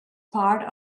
part